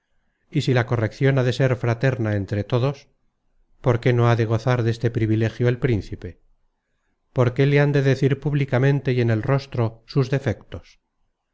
y si la correccion ha de ser fraterna entre todos por qué no ha de gozar deste privilegio el príncipe por qué le han de decir públicamente y en el rostro sus defectos